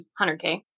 100K